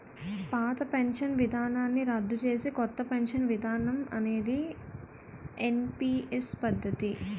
పాత పెన్షన్ విధానాన్ని రద్దు చేసి కొత్త పెన్షన్ విధానం అనేది ఎన్పీఎస్ పద్ధతి